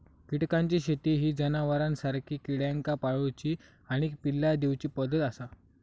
कीटकांची शेती ही जनावरांसारखी किड्यांका पाळूची आणि पिल्ला दिवची पद्धत आसा